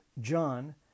John